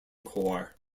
corps